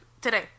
Today